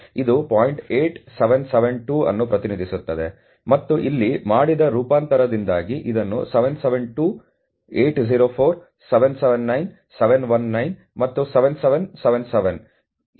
8772 ಅನ್ನು ಪ್ರತಿನಿಧಿಸುತ್ತದೆ ಮತ್ತು ಇಲ್ಲಿ ಮಾಡಿದ ರೂಪಾಂತರದಿಂದಾಗಿ ಇದನ್ನು 772 804 779 719 ಮತ್ತು 7777 ಎಂದು ತೋರಿಸಲಾಗಿದೆ